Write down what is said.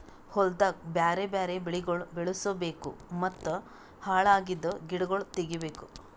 ಹೊಲ್ದಾಗ್ ಬ್ಯಾರೆ ಬ್ಯಾರೆ ಬೆಳಿಗೊಳ್ ಬೆಳುಸ್ ಬೇಕೂ ಮತ್ತ ಹಾಳ್ ಅಗಿದ್ ಗಿಡಗೊಳ್ ತೆಗಿಬೇಕು